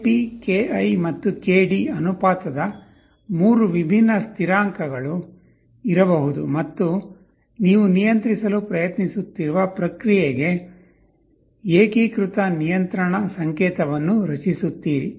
Kp Ki ಮತ್ತು Kd ಅನುಪಾತದ ಮೂರು ವಿಭಿನ್ನ ಸ್ಥಿರಾಂಕಗಳು ಇರಬಹುದು ಮತ್ತು ನೀವು ನಿಯಂತ್ರಿಸಲು ಪ್ರಯತ್ನಿಸುತ್ತಿರುವ ಪ್ರಕ್ರಿಯೆಗೆ ಏಕೀಕೃತ ನಿಯಂತ್ರಣ ಸಂಕೇತವನ್ನು ರಚಿಸುತ್ತೀರಿ